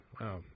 Wow